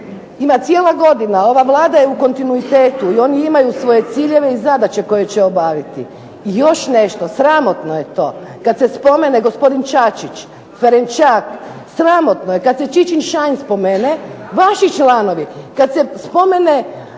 ima cijela godina, ova Vlada je u kontinuitetu i ona ima svoje ciljeve i zadaće koje će obaviti. I još nešto, sramotno je to kada se spomene gospodin Čačić, Ferenčak, sramotno je kada se Čičin-Šain spomene, vaši članovi, kada se spomene